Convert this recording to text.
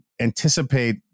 anticipate